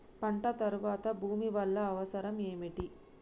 పంట తర్వాత భూమి వల్ల అవసరం ఏమిటి?